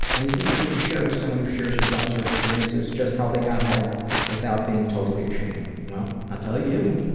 anything you'd like to share with someone who shares your thoughts or experiences? just how they got help without being totally ashamed. well, i'll tell you.